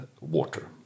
water